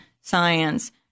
science